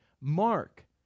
Mark